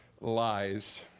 lies